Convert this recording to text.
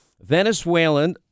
Venezuelan